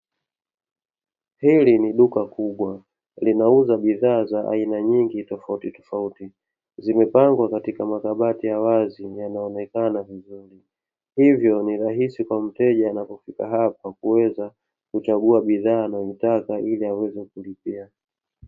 Hili ni duka kubwa linauza bidhaa za aina nyingi tofauti tofauti, zimepangwa katika makabti ya wazi yanaonekana vizuri. Hivyo ni rahisi kwa mteja nakufika hapo na kuweza kuchangua bidhaa anayoitaka ili aweze kulipia.